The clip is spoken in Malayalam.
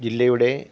ജില്ലയുടെ